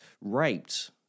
raped